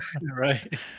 Right